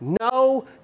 no